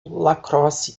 lacrosse